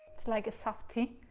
it's like a soft t.